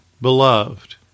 Beloved